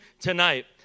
tonight